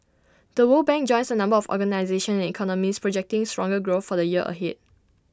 the world bank joins A number of organisations and economists projecting stronger growth for the year ahead